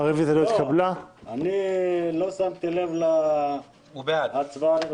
אני לא שמתי לב להצבעה.